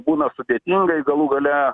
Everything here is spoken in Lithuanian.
būna sudėtingajei galų gale